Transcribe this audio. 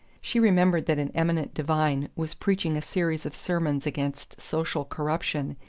she remembered that an eminent divine was preaching a series of sermons against social corruption,